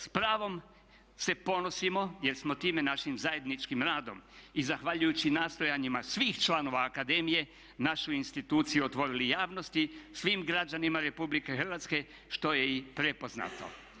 S pravom se ponosimo jer smo time našim zajedničkim radom i zahvaljujući nastojanjima svih članovima akademije našu instituciju otvorili javnosti, svim građanima Republike Hrvatske što je i prepoznato.